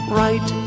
right